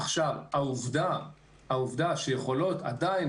העובדה שיכולות עדיין,